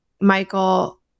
Michael